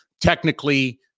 technically